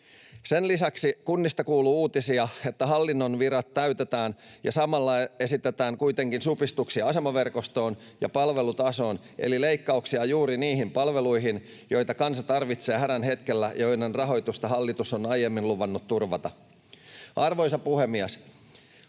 Sen lisäksi kunnista kuuluu uutisia, että hallinnon virat täytetään ja samalla esitetään kuitenkin supistuksia asemaverkostoon ja palvelutasoon eli leikkauksia juuri niihin palveluihin, joita kansa tarvitsee hädän hetkellä ja joiden rahoitusta hallitus on aiemmin luvannut turvata. Arvoisa puhemies!